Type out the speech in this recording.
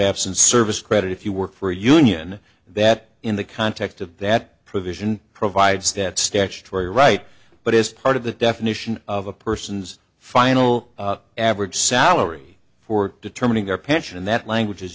absence service credit if you work for a union that in the context of that provision provides that statutory right but is part of the definition of a person's final average salary for determining our pension and that language is